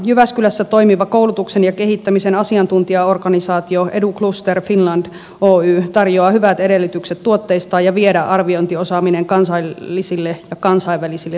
jyväskylässä toimiva koulutuksen ja kehittämisen asiantuntijaorganisaatio educluster finland oy tarjoaa hyvät edellytykset tuotteistaa ja viedä arviointiosaaminen kansallisille ja kansainvälisille markkinoille